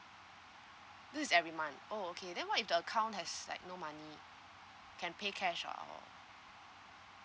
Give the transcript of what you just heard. this is every month oh okay then what if the account has like no money can pay cash ah or